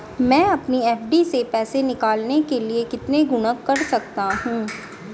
मैं अपनी एफ.डी से पैसे निकालने के लिए कितने गुणक कर सकता हूँ?